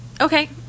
Okay